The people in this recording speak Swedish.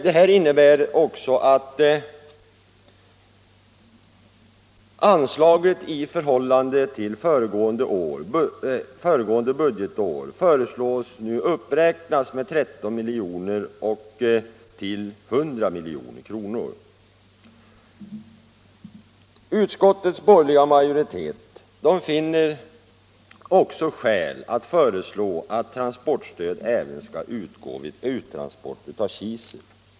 Detta innebär också att anslaget i förhållande till föregående budgetår föreslås uppräknat med 13 miljoner till 100 milj.kr. Utskottets borgerliga majoritet finner också skäl föreslå att transportstöd även skall utgå vid uttransport av kisel.